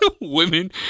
women